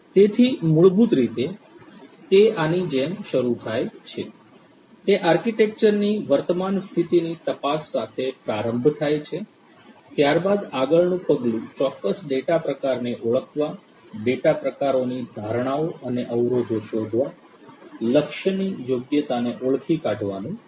તેથી મૂળભૂત રીતે તે આની જેમ શરૂ થાય છે તે આર્કિટેક્ચરની વર્તમાન સ્થિતિની તપાસ સાથે પ્રારંભ થાય છે ત્યારબાદ આગળનું પગલું ચોક્કસ ડેટા પ્રકારને ઓળખવા ડેટા પ્રકારોની ધારણાઓ અને અવરોધો શોધવા લક્ષ્યની યોગ્યતાને ઓળખી કાઢવાનું છે